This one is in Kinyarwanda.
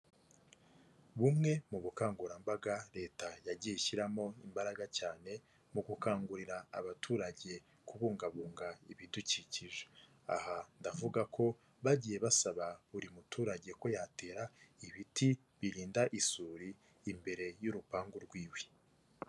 Bumwe mu bukangurambaga leta yagiye ishyiramo imbaraga cyane mu gukangurira abaturage kubungabunga ibidukikije, aha ndavuga ko bagiye basaba buri muturage ko yatera ibiti birinda isuri imbere y'urupangu rw'iwe.